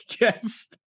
Yes